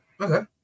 okay